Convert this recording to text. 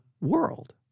world